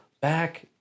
back